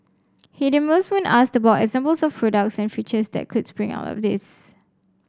he demurs when asked about examples of products and features that could spring out of this